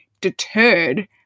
deterred